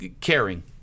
caring